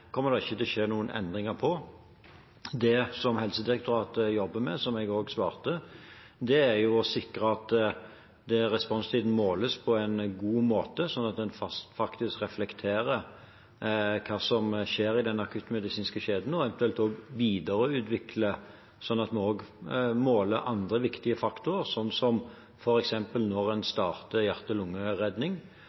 ikke til å skje noen endringer på. Det som Helsedirektoratet jobber med, som jeg også svarte, er å sikre at responstiden måles på en god måte, slik at den faktisk reflekterer hva som skjer i den akuttmedisinske kjeden, og eventuelt også videreutvikle dette slik at vi måler andre viktige faktorer, som f.eks. når man starter